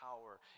power